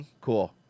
Cool